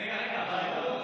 חבריי חברי